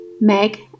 Meg